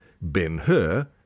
Ben-Hur